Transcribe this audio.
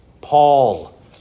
Paul